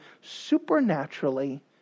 supernaturally